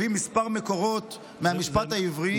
הביא כמה מקורות מהמשפט העברי,